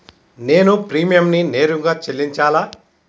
నేను ప్రీమియంని నేరుగా చెల్లించాలా?